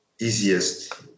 easiest